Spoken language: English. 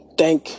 thank